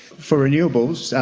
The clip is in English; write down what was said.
for renewables,